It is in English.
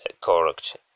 correct